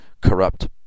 corrupt